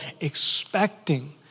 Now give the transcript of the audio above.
expecting